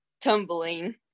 tumbling